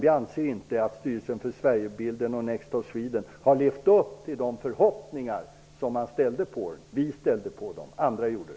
Vi anser inte att Styrelsen för Sverigebilden och Next stop Sweden har levt upp till de förhoppningar som vi och andra hade på dem.